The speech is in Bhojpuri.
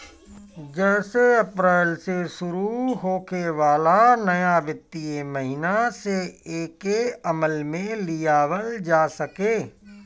जेसे अप्रैल से शुरू होखे वाला नया वित्तीय महिना से एके अमल में लियावल जा सके